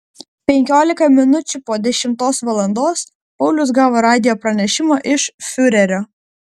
penkiolika minučių po dešimtos valandos paulius gavo radijo pranešimą iš fiurerio